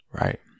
right